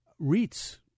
REITs